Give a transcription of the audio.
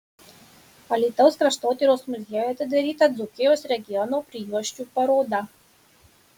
alytaus kraštotyros muziejuje atidaryta dzūkijos regiono prijuosčių paroda